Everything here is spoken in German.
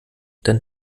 dann